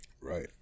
Right